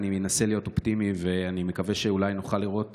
אני מנסה להיות אופטימי ואני מקווה שאולי נוכל לראות